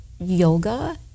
yoga